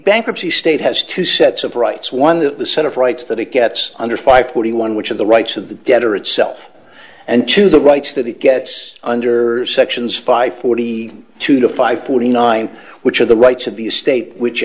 bankruptcy state has two sets of rights one that the set of rights that it gets under five forty one which of the rights of the debtor itself and to the rights that it gets under sections five forty two to five forty nine which are the rights of the state which